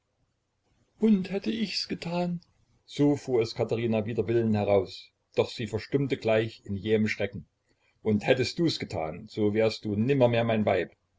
und hätte ich's getan so fuhr es katherina wider willen heraus doch sie verstummte gleich in jähem schrecken und hättest du's getan so wärst du nimmermehr mein weib